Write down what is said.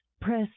press